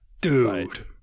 Dude